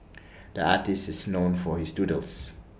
the artist is known for his doodles